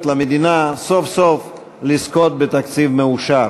למדינה סוף-סוף לזכות בתקציב מאושר.